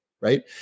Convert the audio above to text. right